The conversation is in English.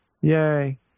Yay